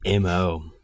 MO